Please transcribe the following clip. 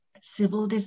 civil